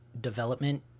development